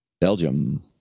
Belgium